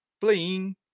playing